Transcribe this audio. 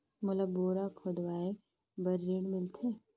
मोला बोरा खोदवाय बार ऋण मिलथे?